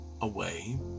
away